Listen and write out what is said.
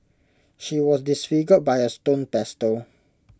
she was disfigured by A stone pestle